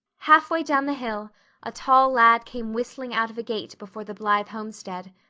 halfway down the hill a tall lad came whistling out of a gate before the blythe homestead.